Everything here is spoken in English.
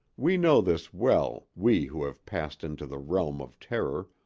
we know this well, we who have passed into the realm of terror,